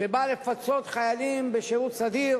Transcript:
שבא לפצות חיילים בשירות סדיר